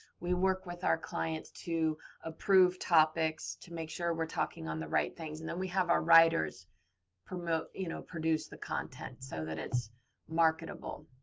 we work with our clients to approve topics, to make sure we're talking on the right things. and then, we have our writers produce ah you know produce the content, so that it's marketable.